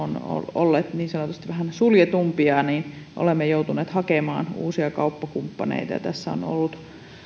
olleet niin sanotusti vähän suljetumpia niin olemme joutuneet hakemaan uusia kauppakumppaneita tässä on